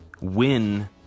win